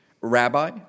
Rabbi